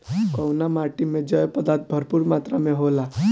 कउना माटी मे जैव पदार्थ भरपूर मात्रा में होला?